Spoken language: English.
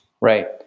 Right